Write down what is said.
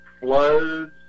flows